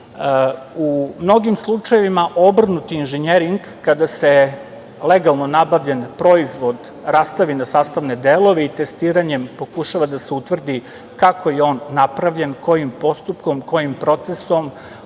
U mnogim slučajevima obrnuti inženjering, kada se legalno nabavljen proizvod rastavi na sastavne delove i testiranjem pokušava da se utvrdi kako je on napravljen, kojim postupkom, kojim procesom,